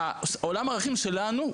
עולם הערכים שלנו,